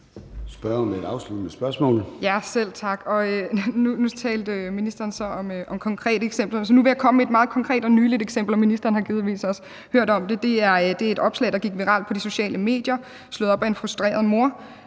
Helene Liliendahl Brydensholt (ALT): Selv tak, og nu talte ministeren så om konkrete eksempler, så nu vil jeg komme med et meget konkret og nyligt eksempel, og ministeren har givetvis også hørt om det. Det er et opslag, der gik viralt på de sociale medier, slået op af en frustreret mor,